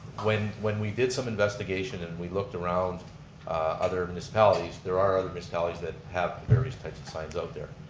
when when we did some investigation and we looked around other municipalities. there are other municipalities that have the various types of signs out there.